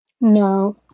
No